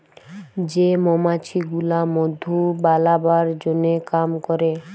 যে মমাছি গুলা মধু বালাবার জনহ কাম ক্যরে